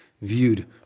viewed